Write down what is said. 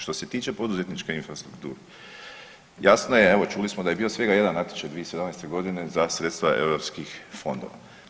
Što se tiče poduzetničke infrastrukture, jasno je, evo čuli smo da je bio svega jedan natječaj 2017.g. za sredstva europskih fondova.